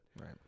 Right